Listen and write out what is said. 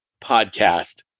podcast